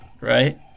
Right